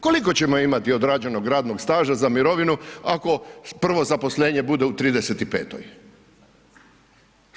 Koliko ćemo imati odrađenog radnog staža za mirovinu ako prvo zaposlenje bude u 35-toj?